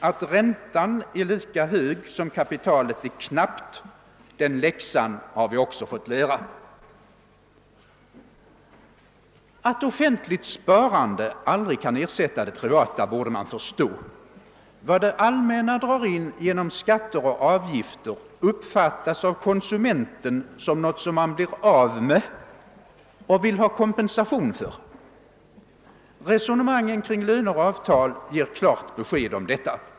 Att räntan är lika hög som kapitalet är knappt — den läxan har vi också fått lära. Att offentligt sparande aldrig kan ersätta det privata borde man förstå. Vad 'det allmänna drar in genom skatter och avgifter uppfattas av konsumenten som något som man blir av med och vill ha kompensation för. Resonemangen kring löner och avtal ger klart besked om detta.